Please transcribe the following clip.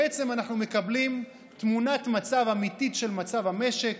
בעצם אנחנו מקבלים תמונת מצב אמיתית של מצב המשק.